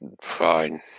fine